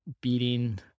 beating